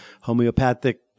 homeopathic